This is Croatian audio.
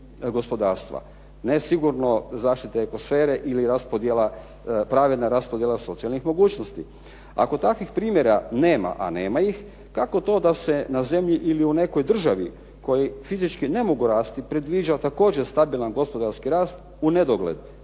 gospodarstva. Ne sigurno zaštita eko sfere ili raspodjela, pravedna raspodjela socijalnih mogućnosti. Ako takvih primjera nema, a nema ih kako to da se na zemlji ili u nekoj državi koji fizički ne mogu rasti predviđa također stabilan gospodarski rast u nedogled.